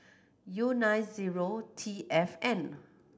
U nine zero T F N